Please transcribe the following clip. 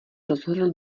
rozhodl